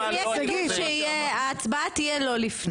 יהיה כתוב שההצבעה תהיה לא לפני.